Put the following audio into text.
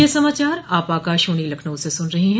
ब्रे क यह समाचार आप आकाशवाणी लखनऊ से सुन रहे हैं